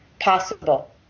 possible